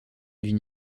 d’une